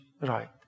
Right